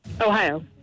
Ohio